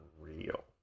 real